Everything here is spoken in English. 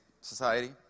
society